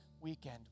weekend